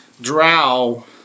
drow